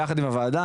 אני ביחד עם הוועדה,